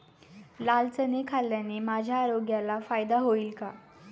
लाल चणे खाल्ल्याने माझ्या आरोग्याला फायदा होईल का?